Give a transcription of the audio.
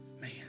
man